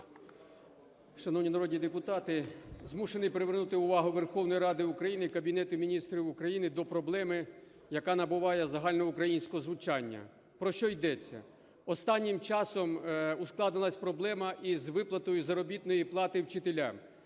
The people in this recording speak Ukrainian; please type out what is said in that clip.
Шановні народні депутати! Змушений привернути увагу Верховної Ради України і Кабінету Міністрів України до проблеми, яка набуває загальноукраїнського звучання. Про що йдеться? Останнім часом ускладнилась проблема із виплатою заробітної плати вчителям.